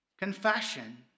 confession